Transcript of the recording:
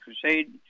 Crusade